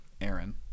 Aaron